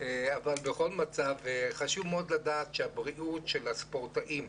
בכל מקרה, חשוב מאוד לדעת שהבריאות של הספורטאים,